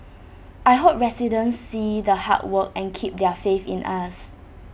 I hope residents see the hard work and keep their faith in us